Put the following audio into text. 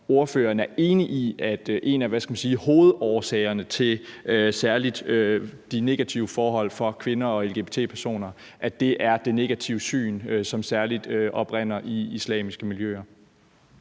ordføreren er enig i, at en af, hvad skal man sige, hovedårsagerne til særlig de negative forhold for kvinder og lgbt-personer er det negative syn, som særlig oprinder i islamiske miljøer.